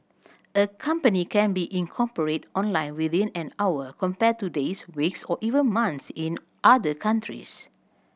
a company can be incorporated online within an hour compared to days weeks or even months in other countries